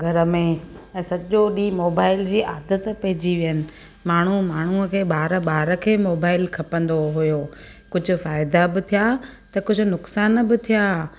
घर में ऐं सॼो ॾींहुं मोबाइल जी आदत पइजी वियनि माण्हू माण्हूअ खे ॿारु ॿार खे मोबाइल खपंदो हुयो कुझु फ़ाइदा बि थिया त कुझु नुक़सान बि थिया